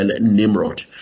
Nimrod